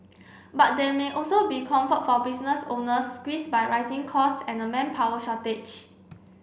but there may also be comfort for business owners squeezed by rising cost and a manpower shortage